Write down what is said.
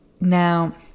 Now